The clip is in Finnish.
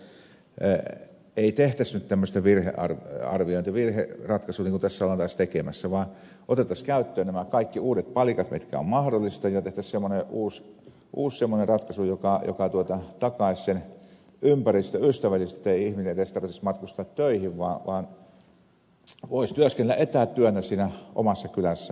sen takia ei tehtäisi nyt tämmöistä virhearviointia virheratkaisua niin kuin tässä ollaan taas tekemässä vaan otettaisiin käyttöön nämä kaikki uudet palikat mitkä ovat mahdollisia ja tehtäisiin semmoinen uusi ratkaisu joka takaisi sen ympäristöystävällisesti ettei ihmisen edes tarvitsisi matkustaa töihin vaan voisi työskennellä etätyönä siinä omassa kylässään omassa kodissaan